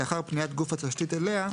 לאחר פניית גוף התשתית אליה,